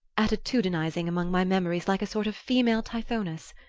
attitudinizing among my memories like a sort of female tithonus.